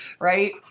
right